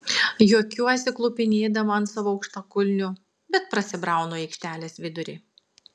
juokiuosi klupinėdama ant savo aukštakulnių bet prasibraunu į aikštelės vidurį